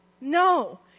No